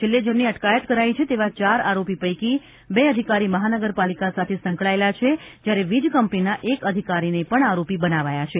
છેલ્લે જેમની અટકાયત કરાઇ છે તેવા ચાર આરોપી પૈકી બે અધિકારી મહાનગરપાલિકા સાથે સંકળાયેલા છે જ્યારે વીજ કંપનીના એક અધિકારીને પણ આરોપી બનાવાયા છે